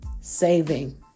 saving